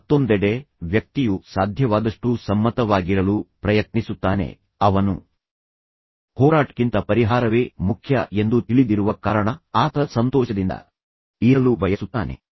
ಮತ್ತೊಂದೆಡೆ ವ್ಯಕ್ತಿಯು ಸಾಧ್ಯವಾದಷ್ಟು ಸಮ್ಮತವಾಗಿರಲು ಪ್ರಯತ್ನಿಸುತ್ತಾನೆ ಅವನು ಹೋರಾಟಕ್ಕಿಂತ ಪರಿಹಾರವೇ ಮುಖ್ಯ ಎಂದು ಆತನಿಗೆ ತಿಳಿದಿರುವ ಕಾರಣ ಆತ ಸಂತೋಷದಿಂದ ಇರಲು ಬಯಸುತ್ತಾನೆ